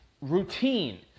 routine